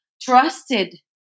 trusted